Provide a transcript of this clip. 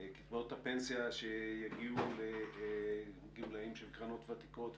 וקצבאות הפנסיה שיגיעו לגמלאים של קרנות ותיקות,